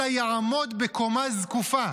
אלא יעמוד בקומה זקופה.